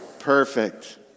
Perfect